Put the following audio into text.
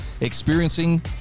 experiencing